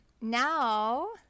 Now